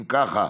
אם כך,